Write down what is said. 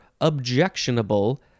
objectionable